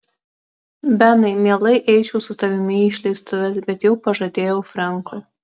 benai mielai eičiau su tavimi į išleistuves bet jau pažadėjau frenkui